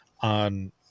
on